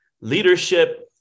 leadership